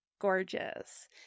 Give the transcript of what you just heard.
gorgeous